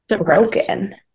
broken